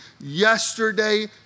yesterday